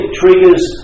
triggers